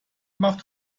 macht